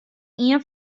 ien